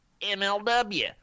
MLW